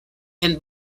and